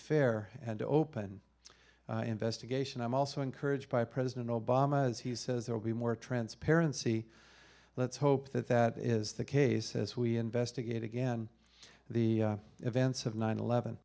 fair and open investigation i'm also encouraged by president obama as he says there will be more transparency let's hope that that is the case as we investigate again the events of nine eleven